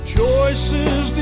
Choices